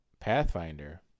Pathfinder